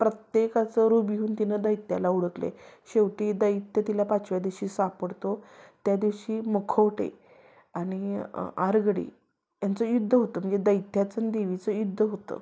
प्रत्येकाचं रूप घेऊन तिनं दैत्याला हुडकले शेवटी दैत्य तिला पाचव्या दिवशी सापडतो त्या दिवशी मुखवटे आणि आरगडी यांचं युद्ध होतं म्हणजे दैत्याचं आणि देवीचं युद्ध होतं